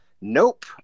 nope